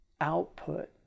output